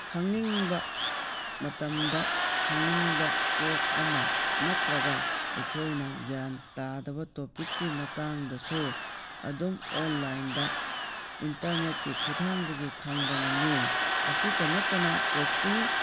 ꯈꯪꯅꯤꯡꯕ ꯃꯇꯝꯗ ꯈꯪꯅꯤꯡꯕ ꯄꯣꯠ ꯑꯃ ꯅꯠꯇ꯭ꯔꯒ ꯑꯩꯈꯣꯏꯅ ꯒ꯭ꯌꯥꯟ ꯇꯥꯗꯕ ꯇꯣꯄꯤꯛꯀꯤ ꯃꯇꯥꯡꯗꯁꯨ ꯑꯗꯨꯝ ꯑꯣꯟꯂꯥꯏꯟꯗ ꯏꯟꯇꯔꯅꯦꯠꯀꯤ ꯈꯨꯊꯥꯡꯗꯒꯤ ꯈꯪꯕ ꯉꯝꯃꯤ ꯑꯁꯤꯇ ꯅꯠꯇꯅ ꯀꯣꯆꯤꯡ